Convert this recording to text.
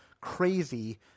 crazy